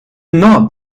not